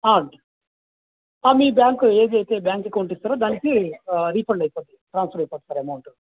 మీ bank bank account ఇస్తారో దానికి refund అయిపోతుంది ట్రాన్సఫర్ అయిపోతుంది సార్ అమౌంటు